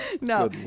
no